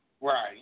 Right